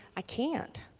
i can't,